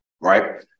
right